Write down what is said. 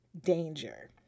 Danger